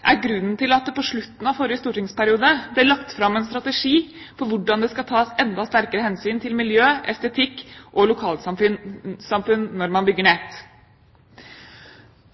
er grunnen til at det på slutten av forrige stortingsperiode ble lagt fram en strategi for hvordan det skal tas enda sterkere hensyn til miljø, estetikk og lokalsamfunn når man bygger nett.